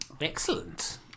Excellent